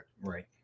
Right